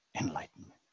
enlightenment